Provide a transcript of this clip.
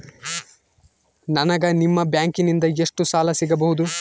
ನನಗ ನಿಮ್ಮ ಬ್ಯಾಂಕಿನಿಂದ ಎಷ್ಟು ಸಾಲ ಸಿಗಬಹುದು?